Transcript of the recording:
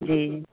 जी